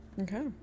Okay